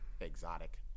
exotic